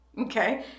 Okay